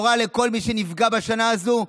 בשורה לכל מי שנפגע בשנה הזו,